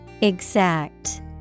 Exact